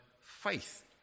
faith